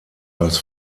als